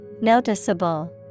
Noticeable